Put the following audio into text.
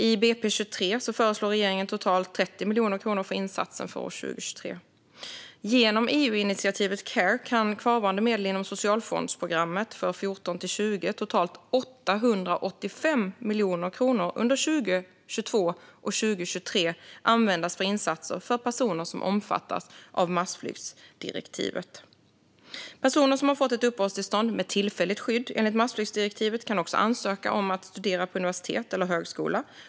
I budgetpropositionen föreslår regeringen totalt 30 miljoner kronor för insatsen för år 2023. Genom EU-initiativet Care kan kvarvarande medel inom socialfondsprogrammet för 2014-2020, totalt 885 miljoner kronor, under 2022 och 2023 användas för insatser för personer som omfattas av massflyktsdirektivet. Personer som har fått ett uppehållstillstånd med tillfälligt skydd enligt massflyktsdirektivet kan också ansöka om att studera på universitet eller högskola.